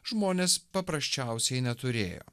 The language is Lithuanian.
žmonės paprasčiausiai neturėjo